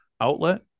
outlet